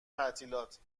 تعطیلات